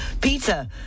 Peter